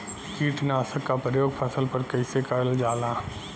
कीटनाशक क प्रयोग फसल पर कइसे करल जाला?